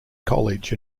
college